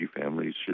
families